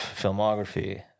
filmography